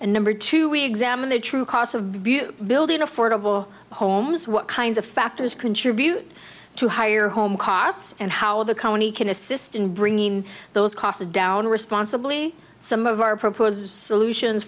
and number two we examine the true cost of view building affordable homes what kinds of factors contribute to higher home costs and how the company can assist in bringing those costs down responsibly some of our proposed solutions